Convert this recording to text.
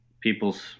people's